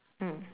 mm